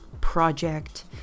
project